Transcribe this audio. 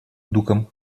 духом